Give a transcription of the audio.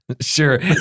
Sure